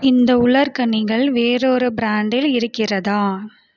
இந்த உலர்கனிகள் வேறொரு பிராண்டில் இருக்கிறதா